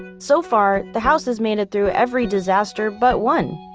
so far, the house has made it through every disaster but one.